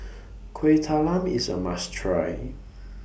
Kueh Talam IS A must Try